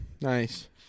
Nice